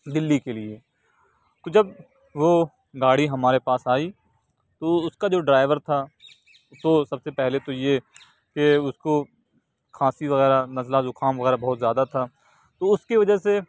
دلی کے لیے تو جب وہ گاڑی ہمارے پاس آئی تو اس کا جو ڈرائیور تھا تو سب سے پہلے تو یہ کہ اس کو کھانسی وغیرہ نزلہ زکام وغیرہ بہت زیادہ تھا تو اس کی وجہ سے